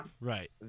Right